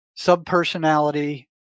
subpersonality